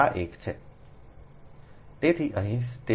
તેથી અહીં તે 7